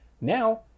now